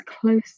close